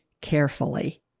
carefully